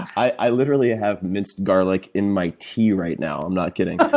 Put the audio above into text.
i literally ah have minced garlic in my tea right now. i'm not kidding, ah